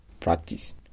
Practice